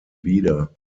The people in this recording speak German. wider